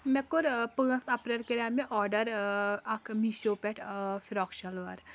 مےٚ کوٚر پٲنٛژھ اَپریل کَریو مےٚ آرڈَر اَکھ میٖشو پٮ۪ٹھ فرٛاک شَلوار